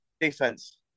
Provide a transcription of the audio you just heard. defense